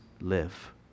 live